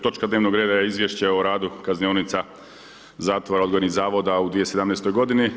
Točka dnevnog reda je Izvješće o radu kaznionica zatvora, odgojnih zavoda u 2017. godini.